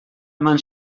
eman